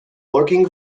lurking